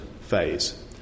phase